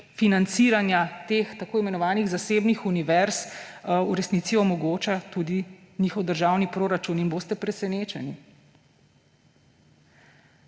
financiranja teh tako imenovanih zasebnih univerz v resnici omogoča tudi njihov državni proračun, in boste presenečeni.